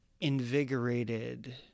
invigorated